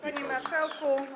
Panie Marszałku!